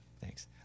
Thanks